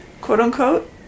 quote-unquote